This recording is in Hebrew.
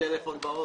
הדיון הזה,